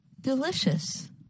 Delicious